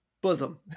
bosom